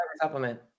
supplement